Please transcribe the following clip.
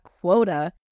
quota